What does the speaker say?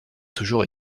toujours